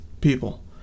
people